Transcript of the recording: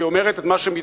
והיא אומרת את מה שמתבקש,